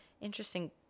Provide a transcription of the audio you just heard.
Interesting